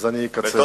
אז אני אקצר.